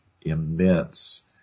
immense